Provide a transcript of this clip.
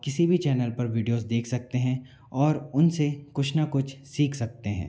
किसी भी चैनल पर वीडियोज़ देख सकते हैं और उनसे कुछ ना कुछ सीख सकते हैं